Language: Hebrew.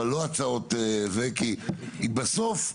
בסוף,